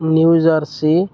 new Jersey